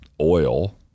oil